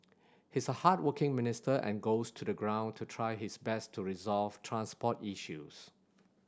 he's a hardworking minister and goes to the ground to try his best to resolve transport issues